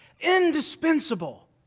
Indispensable